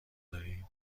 دارید